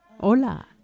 Hola